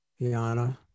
Iana